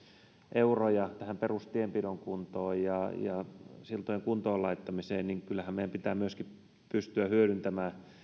euroja perustienpitoon ja ja siltojen kuntoon laittamiseen niin kyllähän meidän pitää myöskin pystyä hyödyntämään